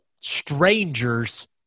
strangers